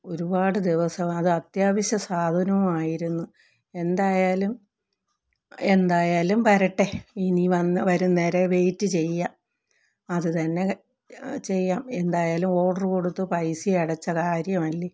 ഒരുപാട് ദിവസം അത് അത്യാവശ്യ സാധനവും ആയിരുന്നു എന്തായാലും എന്തായാലും വരട്ടെ ഇനി വന്ന് വരുന്നത് വരെ വെയിറ്റ് ചെയ്യാം അത് തന്നെ ചെയ്യാം എന്തായാലും ഓഡറ് കൊടുത്ത് പൈസയും അടച്ച കാര്യം അല്ലേ